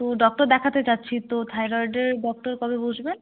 তো ডক্টর দেখাতে চাইছি তো থাইরয়েডের ডক্টর কবে বসবেন